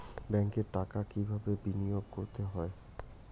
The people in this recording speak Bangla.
ব্যাংকে টাকা কিভাবে বিনোয়োগ করতে হয়?